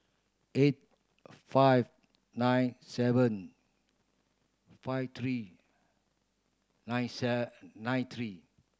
eight five nine seven five three nine nine three